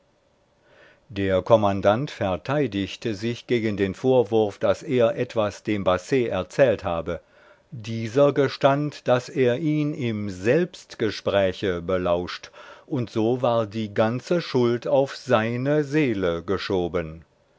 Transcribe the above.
der kommandant verteidigte sich gegen den vorwurf daß er etwas dem basset erzählt habe dieser gestand daß er ihn im selbstgespräche belauscht und so war die ganze schuld auf seine seele geschoben